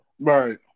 Right